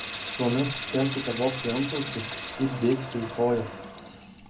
tuomet skelkite bobšei antausį ir dėkite į kojas